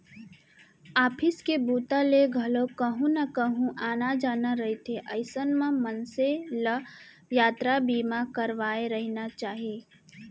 office के बूता ले घलोक कहूँ न कहूँ आना जाना रहिथे अइसन म मनसे ल यातरा बीमा करवाके रहिना चाही